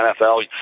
nfl